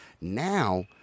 Now